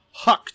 hucked